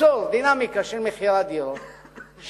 ליצור דינמיקה של מכירת דירות.